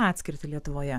atskirtį lietuvoje